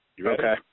Okay